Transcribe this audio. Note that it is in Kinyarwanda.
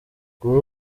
kuri